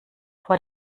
vor